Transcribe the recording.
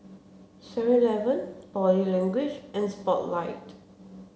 seven eleven Body Language and Spotlight